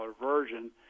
version